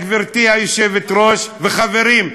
גברתי היושבת-ראש וחברים,